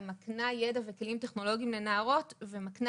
היא מקנה ידע וכלים טכנולוגיים לנערות ומקנה